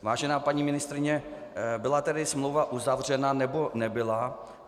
Vážená paní ministryně, byla tedy smlouva uzavřena, nebo nebyla?